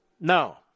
No